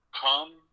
Come